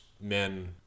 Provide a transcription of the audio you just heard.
men